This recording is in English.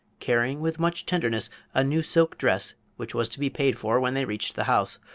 carrying with much tenderness a new silk dress which was to be paid for when they reached the house,